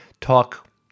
talk